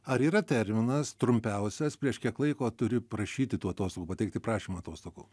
ar yra terminas trumpiausias prieš kiek laiko turi prašyti duotos pateikti prašymą atostogų